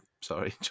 Sorry